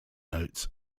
notes